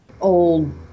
old